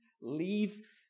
Leave